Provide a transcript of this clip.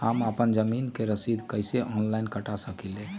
हम अपना जमीन के रसीद कईसे ऑनलाइन कटा सकिले?